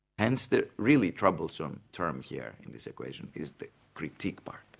and it's the really troublesome term here in this equation, is the critique part,